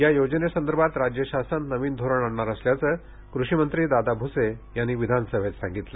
या योजनेसंदर्भात राज्यशासन नवीन धोरण आणणार असल्याचं कृषिमंत्री दादा भ्से यांनी विधानसभेत सांगितलं